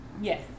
Yes